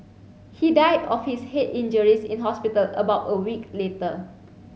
he died of his head injuries in hospital about a week later